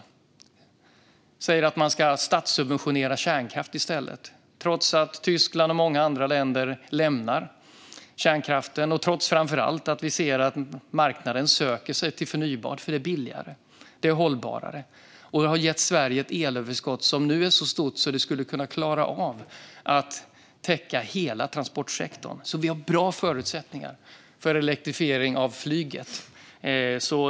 De säger att man ska statssubventionera kärnkraft i stället, trots att Tyskland och många andra länder lämnar kärnkraften och trots att vi ser att marknaden söker sig till förnybart eftersom det är billigare och hållbarare. Det har gett Sverige ett elöverskott som nu är så stort att det skulle klara av att täcka hela transportsektorn. Vi har alltså bra förutsättningar för elektrifiering av flyget.